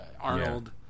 Arnold